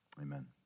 Amen